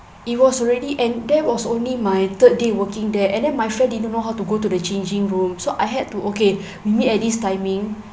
it was already and that was only my third day working there and then my friend didn't know how to go to the changing room so I had to okay meet at this timing